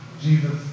Jesus